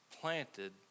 planted